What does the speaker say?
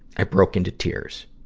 i broke into tears.